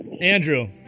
Andrew